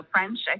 French